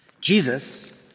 Jesus